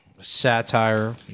satire